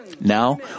Now